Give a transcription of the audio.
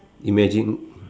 imagine